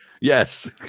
Yes